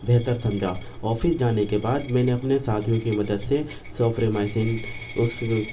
بہتر سمجھا آفس جانے کے بعد میں نے اپنے ساتھیوں کے مدد سے سوفریمائسین اس